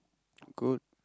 good